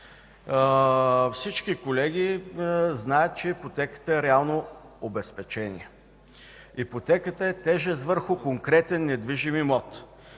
Всички колеги знаят, че ипотеката е реално обезпечение. Ипотеката е тежест върху конкретен недвижим имот.